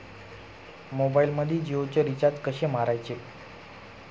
मोबाइलमध्ये जियोचे रिचार्ज कसे मारायचे?